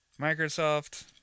Microsoft